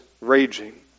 raging